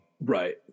Right